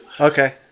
Okay